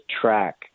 track